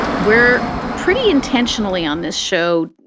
we're pretty intentionally on this show,